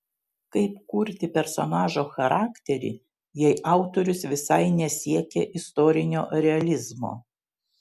kaip kurti personažo charakterį jei autorius visai nesiekė istorinio realizmo